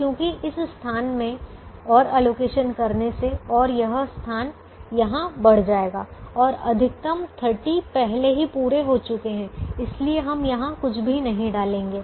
क्योंकि इस स्थान में और एलोकेशन करने से और यह स्थान यहां बढ़ जायेगा और अधिकतम 30 पहले ही पुरे हो चुके हैं इसलिए हम यहां कुछ भी नहीं डालेंगे